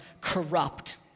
corrupt